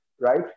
right